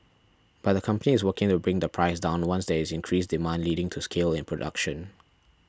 but the company is working to bring the price down once there is increased demand leading to scale in production